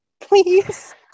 Please